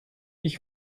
ich